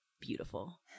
beautiful